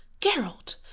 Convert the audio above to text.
Geralt